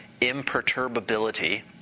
imperturbability